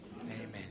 Amen